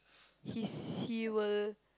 he's he will